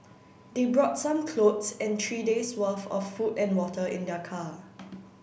they brought some clothes and three days worth of food and water in their car